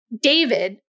David